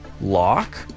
Lock